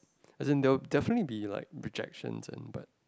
as in they will definitely be like rejections and but